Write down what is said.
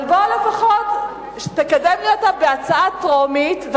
אבל בוא לפחות תקדם לי אותה כהצעה טרומית,